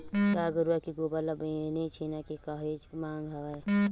गाय गरुवा के गोबर ले बने छेना के काहेच मांग हवय